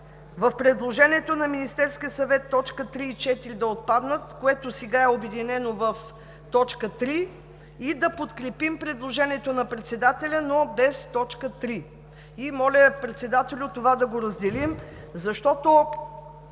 в предложението на Министерския съвет – точки 3 и 4 да отпаднат, което сега е обединено в т. 3, и да подкрепим предложението на председателя, но без т. 3. Моля, Председателю, това да го разделим. Защото